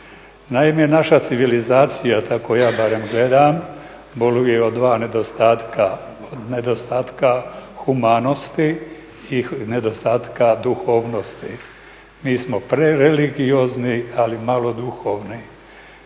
Naime, naša civilizacija tako ja barem gledam boluje od dva nedostatka. Od nedostatka humanosti i nedostatka duhovnosti. Mi smo prereligiozni ali malo duhovni.